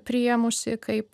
priėmusi kaip